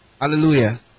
Hallelujah